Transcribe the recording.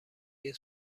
این